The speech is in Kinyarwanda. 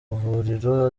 mavuriro